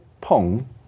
Pong